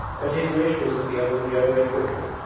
but his wish was that the other would go away quickly,